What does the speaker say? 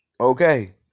okay